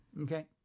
Okay